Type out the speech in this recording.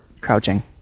crouching